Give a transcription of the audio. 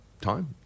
time